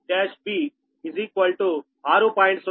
03 మీటర్లు